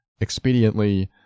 expediently